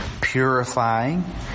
purifying